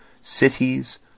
cities